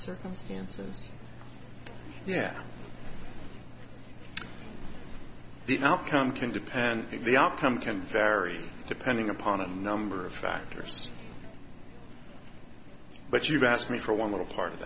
circumstances yeah the outcome can depend the outcome can vary depending upon a number of factors but you asked me for one little part of